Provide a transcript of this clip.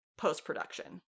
post-production